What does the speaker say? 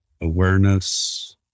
Awareness